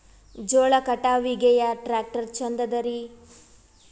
ಜೋಳ ಕಟಾವಿಗಿ ಯಾ ಟ್ಯ್ರಾಕ್ಟರ ಛಂದದರಿ?